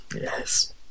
yes